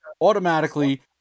automatically